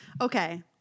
Okay